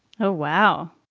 oh, wow.